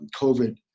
COVID